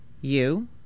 You